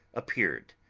appeared.